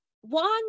one